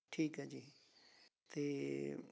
ਠੀਕ ਹੈ ਜੀ ਅਤੇ